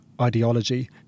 ideology